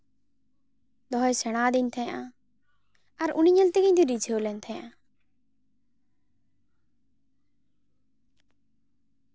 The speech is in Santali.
ᱫᱚᱦᱚ ᱥᱮᱬᱟᱣᱟᱫᱤᱧ ᱛᱟᱦᱮᱸᱜᱼᱟ ᱟᱨ ᱩᱱᱤ ᱧᱮᱞ ᱛᱮᱜᱮ ᱤᱧᱫᱚᱹᱧ ᱨᱤᱡᱷᱟᱹᱣ ᱞᱮᱱ ᱛᱟᱦᱮᱸᱜᱼᱟ